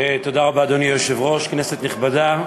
אדוני היושב-ראש, תודה רבה, כנסת נכבדה,